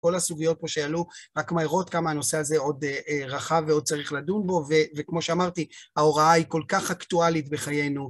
כל הסוגיות פה שעלו רק מהירות כמה הנושא הזה עוד רחב ועוד צריך לדון בו וכמו שאמרתי, ההוראה היא כל כך אקטואלית בחיינו.